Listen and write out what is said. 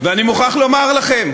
ואני מוכרח לומר לכם,